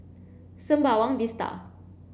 Sembawang Vista